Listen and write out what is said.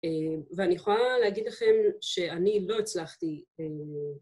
ואני יכולה להגיד לכם שאני לא הצלחתי.